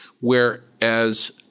Whereas